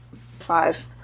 Five